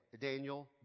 Daniel